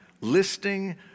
listing